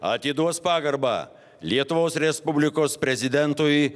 atiduos pagarbą lietuvos respublikos prezidentui